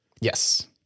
Yes